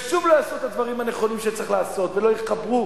ושוב לא יעשו את הדברים הנכונים שצריך לעשות ולא יחברו